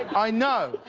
i know.